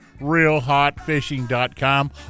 realhotfishing.com